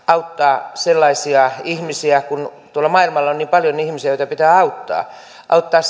auttaa sellaisia ihmisiä kun tuolla maailmalla on niin paljon ihmisiä joita pitää auttaa auttaa